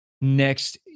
next